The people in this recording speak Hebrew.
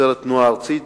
משטרת התנועה הארצית,